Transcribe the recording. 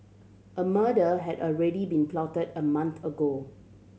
a murder had already been plotted a month ago